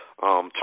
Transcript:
talk